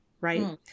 right